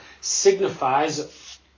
signifies